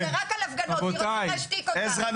זה רק על הפגנות כי רוצים להשתיק אותם.